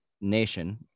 nation